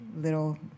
little